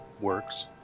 works